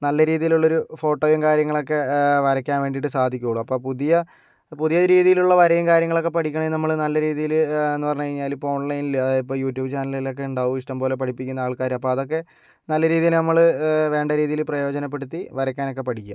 നല്ല രീതിലുള്ള ഒരു ഫോട്ടോയും കാര്യങ്ങളൊക്കെ വരയ്ക്കാൻ വേണ്ടിട്ട് സാധിക്കുവൊള്ളൂ അപ്പോൾ പുതിയ പുതിയ രീതിയിലുള്ള വരയും കാര്യങ്ങളൊക്കെ പഠിക്കണേൽ നമ്മള് നല്ല രീതിയിൽ എന്ന് പറഞ്ഞ് കഴിഞ്ഞാല് ഇപ്പോൾ ഓൺലൈനില് അതായത് യൂട്യൂബ് ചാനലിലൊക്കെ ഉണ്ടാകും ഇഷ്ടംപോലെ പഠിപ്പിക്കുന്ന ആൾക്കാര് അപ്പം അതൊക്കെ നല്ല രീതിയില് നമ്മള് വേണ്ട രീതിയിൽ പ്രയോജനപ്പെടുത്തി വരയ്ക്കാനൊക്കെ പഠിക്കുക